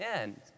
end